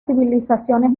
civilizaciones